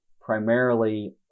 primarily